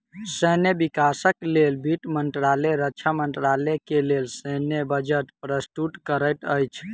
सैन्य विकासक लेल वित्त मंत्रालय रक्षा मंत्रालय के लेल सैन्य बजट प्रस्तुत करैत अछि